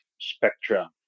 spectra